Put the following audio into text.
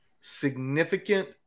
significant